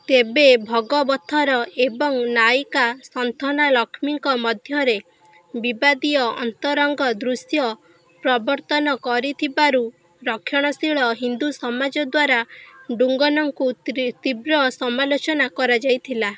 ତେବେ ଭଗବଥର ଏବଂ ନାୟିକା ସନ୍ଥନାଲକ୍ଷ୍ମୀଙ୍କ ମଧ୍ୟରେ ବିବାଦୀୟ ଅନ୍ତରଙ୍ଗ ଦୃଶ୍ୟ ପ୍ରବର୍ତ୍ତନ କରିଥିବାରୁ ରକ୍ଷଣଶୀଳ ହିନ୍ଦୁ ସମାଜ ଦ୍ୱାରା ଡୁଙ୍ଗନଙ୍କୁ ତୀବ୍ର ସମାଲୋଚନା କରାଯାଇଥିଲା